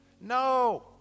No